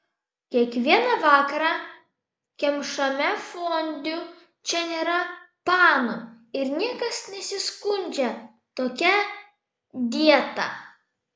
kiekvieną vakarą kemšame fondiu čia nėra panų ir niekas nesiskundžia tokia dieta